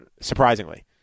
surprisingly